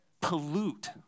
pollute